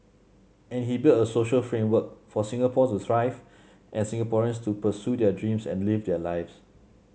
and he build a social framework for Singapore to thrive and Singaporeans to pursue their dreams and live their lives